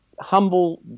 humble